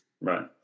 Right